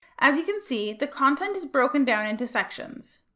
as you can see, the content is broken down into sections.